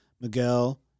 Miguel